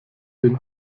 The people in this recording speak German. den